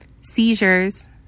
seizures